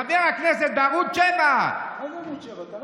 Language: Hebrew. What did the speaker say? חבר הכנסת בערוץ 7. איזה ערוץ 7?